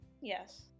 Yes